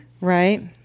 right